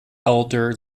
elder